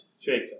Jacob